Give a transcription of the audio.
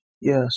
Yes